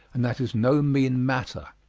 and that is no mean matter.